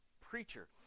preacher